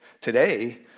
Today